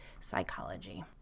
psychology